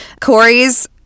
Corey's